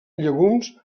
llegums